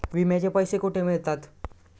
विम्याचे पैसे कुठे मिळतात?